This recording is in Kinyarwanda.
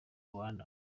rwanda